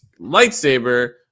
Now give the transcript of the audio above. Lightsaber